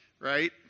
Right